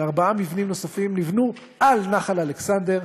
וארבעה מבנים נוספים נבנו על נחל-אלכסנדר,